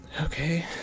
okay